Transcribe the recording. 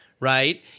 Right